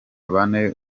bane